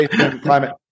climate